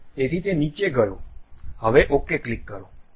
તેથી તે નીચે ગયો હવે OK ક્લિક કરો